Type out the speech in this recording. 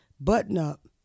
button-up